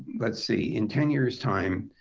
let's see. in ten years time,